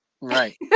right